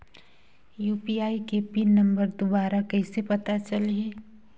UPI के pin number दुबारा कइसे पता चलही?